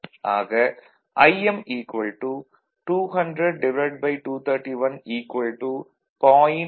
ஆக Im 200231 0